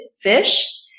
fish